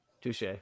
Touche